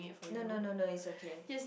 no no no no is okay